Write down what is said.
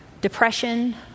depression